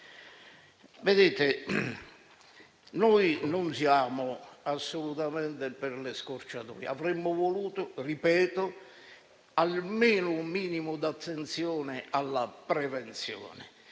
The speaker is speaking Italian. lettere. Noi non siamo assolutamente per le scorciatoie. Avremmo voluto almeno un minimo di attenzione alla prevenzione.